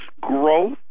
growth